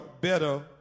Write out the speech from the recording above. better